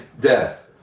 death